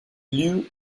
lieu